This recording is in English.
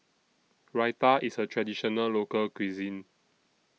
Raita IS A Traditional Local Cuisine